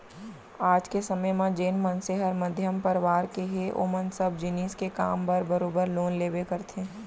आज के समे म जेन मनसे हर मध्यम परवार के हे ओमन सब जिनिस के काम बर बरोबर लोन लेबे करथे